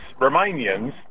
Romanians